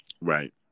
Right